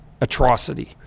atrocity